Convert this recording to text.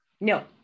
no